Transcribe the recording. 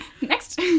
Next